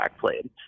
played